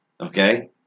Okay